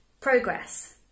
progress